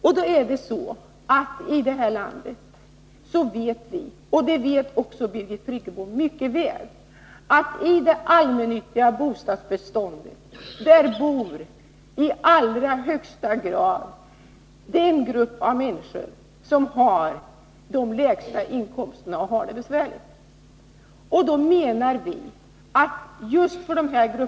I det allmännyttiga bostadsbeståndet i detta land — det känner också Birgit Friggebo till mycket väl — återfinns i allra högsta grad den grupp av människor som har de lägsta inkomsterna och har det allmänt besvärligt.